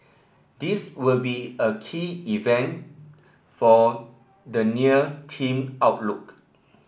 this will be a key event for the near team outlook